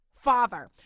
father